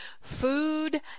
food